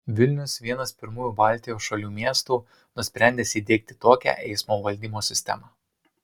vilnius vienas pirmųjų baltijos šalių miestų nusprendęs įdiegti tokią eismo valdymo sistemą